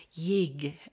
Yig